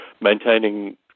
maintaining